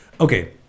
Okay